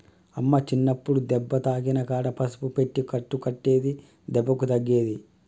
అమ్మ చిన్నప్పుడు దెబ్బ తాకిన కాడ పసుపు పెట్టి కట్టు కట్టేది దెబ్బకు తగ్గేది